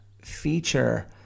feature